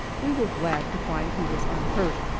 we were glad to find he was unhurt,